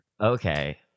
Okay